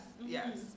Yes